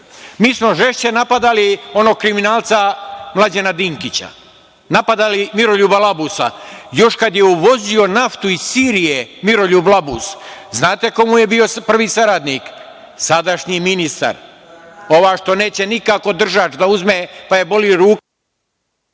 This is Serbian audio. Mi smo žešće napadali onog kriminalca Mlađana Dinkića, napadali Miroljuba Labusa još kad je uvozio naftu iz Sirije, Miroljub Labus. Znate ko mu je bio prvi saradnik? Sadašnji ministar, ova što neće nikako držač da uzme, pa je boli…